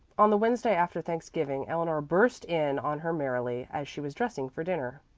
on the wednesday after thanksgiving eleanor burst in on her merrily, as she was dressing for dinner.